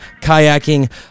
kayaking